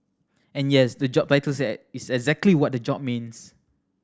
and yes the job battle said is exactly what the job means